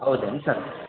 ಹೌದೇನ್ ಸರ್